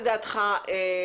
לדעתך,